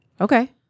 Okay